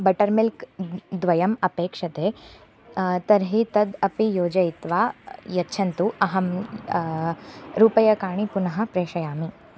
butter मिल्क्द्वयम् अपेक्षते तर्हि तद् अपि योजयित्वा यच्छन्तु अहं रूप्यकाणि पुनः प्रेषयामि